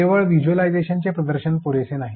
केवळ व्हिज्युअलायझेशनचे प्रदर्शन पुरेसे नाही